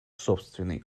собственный